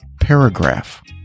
paragraph